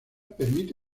permite